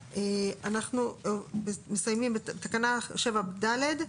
תקנה 7(ד),